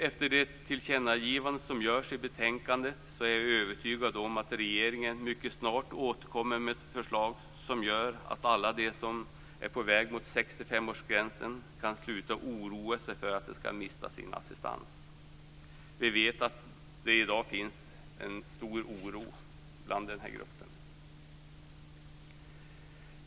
Efter det tillkännagivande som görs i betänkandet är jag övertygad om att regeringen mycket snart återkommer med ett förslag som gör att alla de som är på väg mot 65-årsgränsen kan sluta oroa sig för att de skall mista sin assistans. Vi vet att det i dag finns en stor oro i denna grupp.